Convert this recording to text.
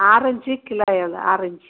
orange kilo எவ்வளோ orange